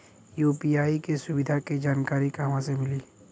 UPI के सुविधा के जानकारी कहवा से मिली?